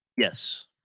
Yes